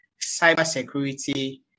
cybersecurity